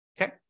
Okay